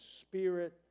spirit